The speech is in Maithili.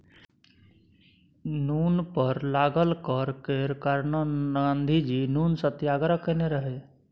नुन पर लागल कर केर कारणेँ गाँधीजी नुन सत्याग्रह केने रहय